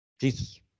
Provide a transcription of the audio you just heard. Jesus